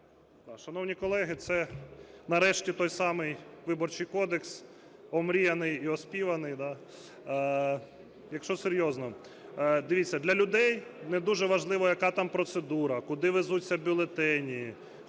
Шановні колеги, це нарешті той самий Виборчий кодекс, омріяний і оспіваний. Якщо серйозно, дивіться, для людей, не дуже важливо, яка там процедура, куди везуться бюлетені, хто